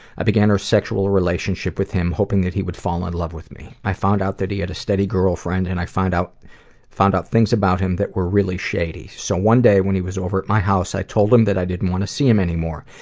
i began a sexual with him, hoping that he would fall in love with me. i found out that he had a steady girlfriend, and i found out found out things about him that were really shady. so one day when he was over at my house, i told him that i didn't wanna see him anymore.